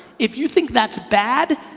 if you think that's bad,